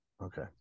Okay